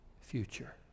future